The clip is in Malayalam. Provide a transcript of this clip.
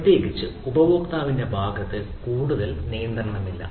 പ്രത്യേകിച്ച് ഉപഭോക്താവിന്റെ ഭാഗത്ത് കൂടുതൽ നിയന്ത്രണമില്ല